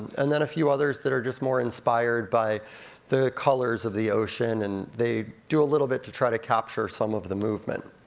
and then a few others that are just more inspired by the colors of the ocean, and they do a little bit to try to capture some of the movement.